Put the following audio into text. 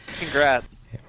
Congrats